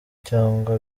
cyangwa